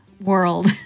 world